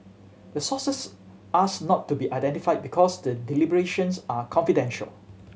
the sources ask not to be identified because the deliberations are confidential